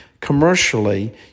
commercially